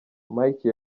mike